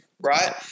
right